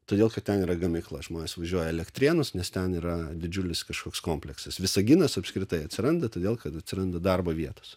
todėl kad ten yra gamykla žmonės važiuoja į elektrėnuose nes ten yra didžiulis kažkoks kompleksas visaginas apskritai atsiranda todėl kad atsiranda darbo vietos